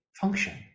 function